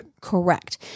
Correct